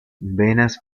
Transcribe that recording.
venas